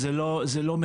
וזה לא מקדם,